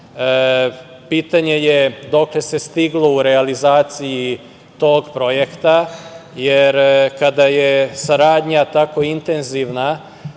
Pitanje je – dokle se stiglo u realizaciji tog projekta, jer kada je saradnja tako intenzivna